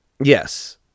Yes